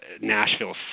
Nashville